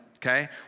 Okay